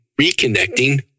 reconnecting